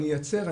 אני אייצר,